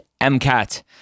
MCAT